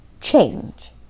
Change